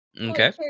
Okay